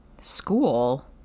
school